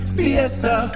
fiesta